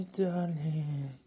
darling